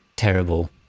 Terrible